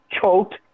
choked